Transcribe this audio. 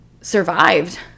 survived